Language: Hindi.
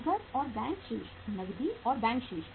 नकद और बैंक शेष नकदी और बैंक शेष